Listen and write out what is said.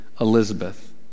Elizabeth